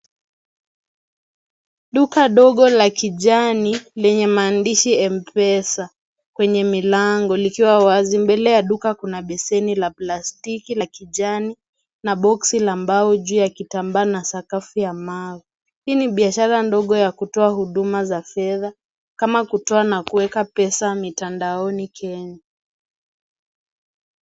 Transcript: Duka dogo la kijani lenye maandishi Mpesa kwenye milango likiwa wazi. Mbele ya duka hili, kuna basini la plastiki la kijani na boxi la mbao juu ya kitambaa na sakafu ya mawe. Hii ni biashara ndogo ya kutoa huduma za fedha kama kutoa na kuweka pesa mitandaoni Kenya.